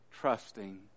trusting